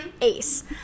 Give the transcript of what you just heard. Ace